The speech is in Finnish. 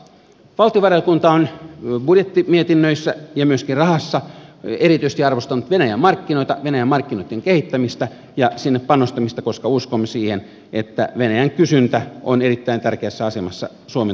valtiovarainvaliokunta on budjettimietinnöissä ja myöskin rahassa erityisesti arvostanut venäjän markkinoita venäjän markkinoitten kehittämistä ja sinne panostamista koska uskomme siihen että venäjän kysyntä on erittäin tärkeässä asemassa suomen talouden kehittymisessä